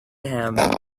him